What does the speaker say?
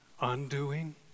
undoing